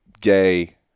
Gay